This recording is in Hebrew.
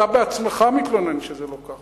אתה בעצמך מתלונן שזה לא כך,